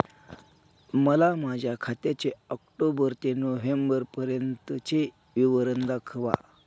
मला माझ्या खात्याचे ऑक्टोबर ते नोव्हेंबर पर्यंतचे विवरण दाखवा